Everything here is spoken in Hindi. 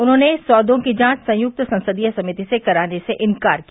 उन्होंने सौदे की जांच संयुक्त संसदीय समिति से कराने से इंकार किया